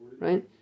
Right